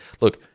Look